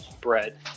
bread